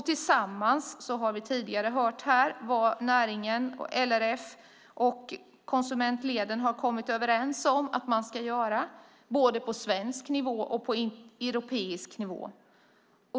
Tillsammans har vi tidigare hört här vad näringen, LRF och konsumentleden har kommit överens om ska göras på både svensk och europeisk nivå.